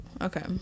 Okay